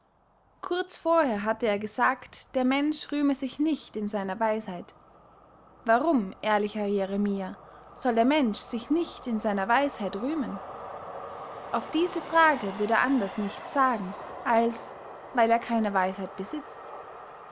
kurz vorher hatte er gesagt der mensch rühme sich nicht in seiner weisheit warum ehrlicher jeremia soll der mensch sich nicht in seiner weisheit rühmen auf diese frage würd er anders nichts sagen als weil er keine weisheit besitzt